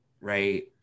Right